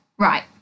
Right